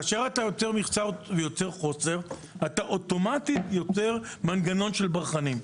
כאשר אתה יוצר מכסה אתה יוצר חוסר וזה אוטומטית יוצר מנגנון של ברחנים.